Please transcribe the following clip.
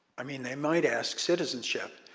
i mean, they might ask citizenship.